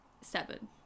seven